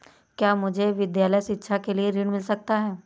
क्या मुझे विद्यालय शिक्षा के लिए ऋण मिल सकता है?